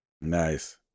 Nice